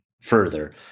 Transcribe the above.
further